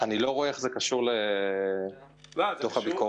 אני לא רואה איך זה קשור לדוח הביקורת,